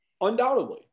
Undoubtedly